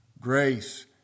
Grace